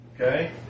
okay